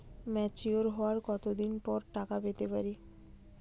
Mature হওয়ার কত দিন পর টাকা পেতে পারি?